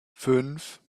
fünf